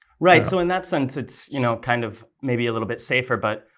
right, so in that sense, it's you know kind of maybe a little bit safer. but,